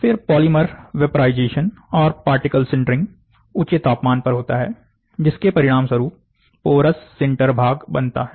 फिर polymer vaporisation और particle sintering ऊंचे तापमान पर होता है जिसके परिणाम स्वरूप पोरस सिंटर भाग बनता है